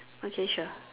okay sure